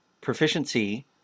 proficiency